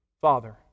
Father